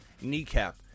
kneecap